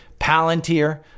Palantir